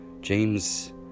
James